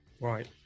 Right